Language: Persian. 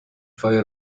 فای